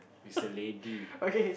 is a lady